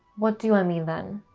what do i mean then?